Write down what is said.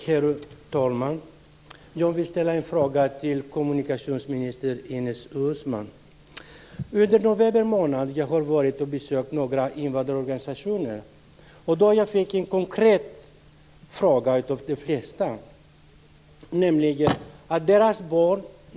Herr talman! Jag vill ställa en fråga till kommunikationsminister Ines Uusmann. Under november månad har jag besökt några invandrarorganisationer, och jag har från de flesta fått en konkret fråga.